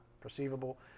perceivable